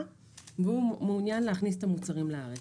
והוא מעוניין להכניס את המוצרים לארץ.